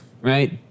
right